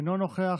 אינו נוכח,